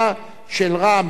של רע"ם-תע"ל,